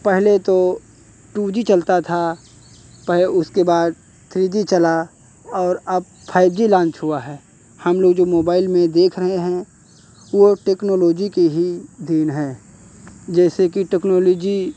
पहले तो two G चलता था उसके बाद थ्री जी चला और अब फ़ाइव जी लॉन्च हुआ है हम लोग जो मोबाइल में देख रहे हैं वो टेक्नोलॉजी की ही देन है जैसे कि टेक्नोलॉजी